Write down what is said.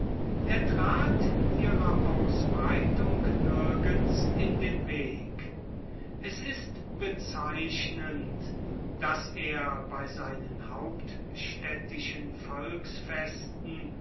er trat ihrer ausbreitung nirgends in den weg es ist bezeichnend daß er bei seinen hauptstädtischen volksfesten